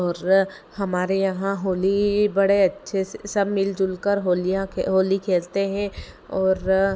और हमारे यहाँ होली बड़े अच्छे से सब मिलजुल कर होलियाँ होली खेलते हैं और